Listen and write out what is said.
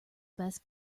best